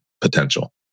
potential